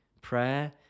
Prayer